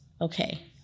okay